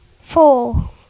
four